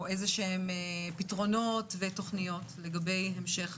או איזשהם פתרונות ותוכניות לגבי המשך